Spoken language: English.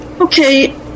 Okay